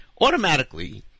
automatically